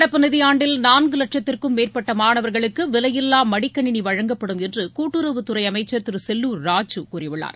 நடப்பு நிதியாண்டில் நான்கு வட்சத்திற்கும் மேற்பட்ட மாணவர்களுக்கு விலையில்லா மடிக்கணினி வழங்கப்படும் என்று கூட்டுறவுத்துறை அமைச்சர் திரு செல்லூர் ராஜு கூறியுள்ளார்